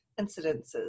incidences